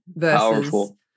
powerful